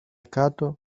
κάτω